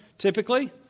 Typically